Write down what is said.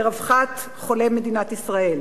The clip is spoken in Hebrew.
לרווחת חולי מדינת ישראל.